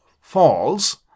falls